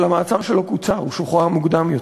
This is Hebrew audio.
אבל המעצר שלו קוצר, הוא שוחרר מוקדם יותר.